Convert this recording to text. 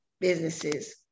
businesses